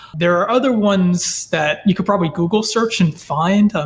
there are other ones that you could probably google search and find. um